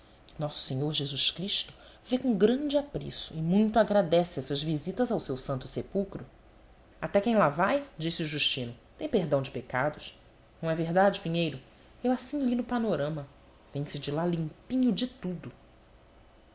nosso senhor jesus cristo vê com grande apreço e muito agradece essas visitas ao seu santo sepulcro até quem lá vai disse o justino tem perdão de pecados não é verdade pinheiro eu assim li no panorama vem se de lá limpinho de tudo